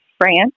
France